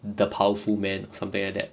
the powerful man something like that